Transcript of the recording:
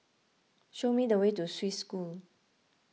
show me the way to Swiss School